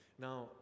now